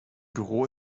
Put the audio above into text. büro